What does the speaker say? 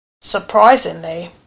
surprisingly